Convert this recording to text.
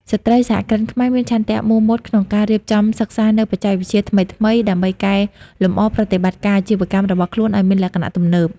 ស្ត្រីសហគ្រិនខ្មែរមានឆន្ទៈមោះមុតក្នុងការរៀបចំសិក្សានូវបច្ចេកវិទ្យាថ្មីៗ ដើម្បីកែលម្អប្រតិបត្តិការអាជីវកម្មរបស់ខ្លួនឱ្យមានលក្ខណៈទំនើប។